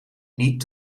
niet